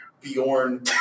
Bjorn